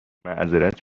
معذرت